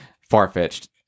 far-fetched